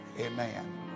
Amen